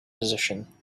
position